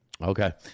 Okay